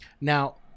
Now